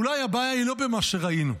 אולי, הבעיה היא לא במה שראינו.